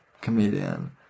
comedian